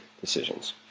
decisions